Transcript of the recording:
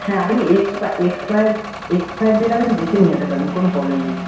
হ্যাঁ আপনি expire expire date আপনি দেখে নিয়ে যেতে পারেন কোন প্রবলেম নেই